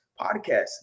podcast